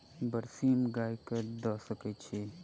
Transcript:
बरसीम गाय कऽ दऽ सकय छीयै?